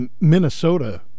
Minnesota